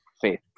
faith